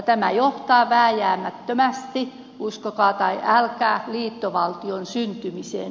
tämä johtaa vääjäämättömästi uskokaa tai älkää liittovaltion syntymiseen